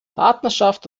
partnerschaft